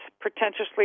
pretentiously